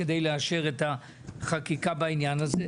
כדי לאשר את החקיקה בעניין הזה.